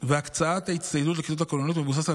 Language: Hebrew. והקצאת ההצטיידות לכיתות הכוננות מבוסס על